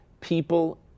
people